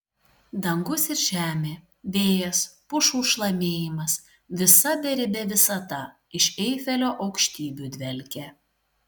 dangus ir žemė vėjas pušų šlamėjimas visa beribė visata iš eifelio aukštybių dvelkė